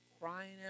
crying